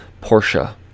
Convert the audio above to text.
Portia